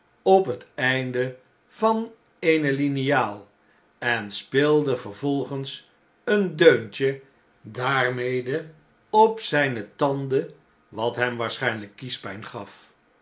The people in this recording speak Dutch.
paeijs het einde van eene liniaal en speelde vervolgens een deuntje daarmede op zjjne tanden wat hem waarschjjnlijk kiespjjn gaf